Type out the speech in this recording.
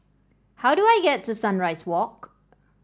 how do I get to Sunrise Walk